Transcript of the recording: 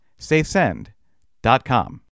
SafeSend.com